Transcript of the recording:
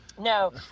No